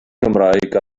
cymraeg